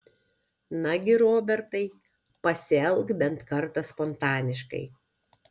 nagi robertai pasielk bent kartą spontaniškai